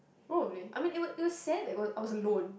probably I mean even it it was sad that I was I was alone